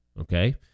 okay